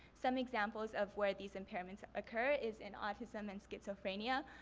some examples of where these impairments occur is in autism and schizophrenia.